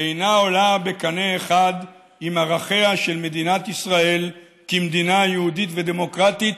שאינה עולה בקנה אחד עם ערכיה של מדינת ישראל כמדינה יהודית ודמוקרטית",